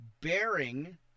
bearing